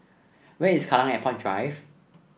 where is Kallang Airport Drive